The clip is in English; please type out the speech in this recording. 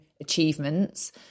achievements